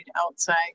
outside